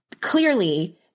clearly